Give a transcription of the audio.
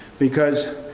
because